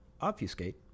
obfuscate